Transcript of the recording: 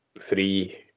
three